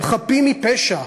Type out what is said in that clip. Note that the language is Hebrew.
הם חפים מפשע.